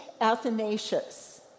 Athanasius